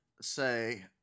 say